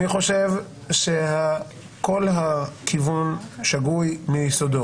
אני חושב שכל הכיוון שגוי מיסודו.